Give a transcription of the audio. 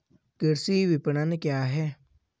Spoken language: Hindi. कृषि विपणन क्या है?